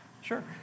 Sure